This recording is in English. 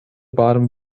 bottom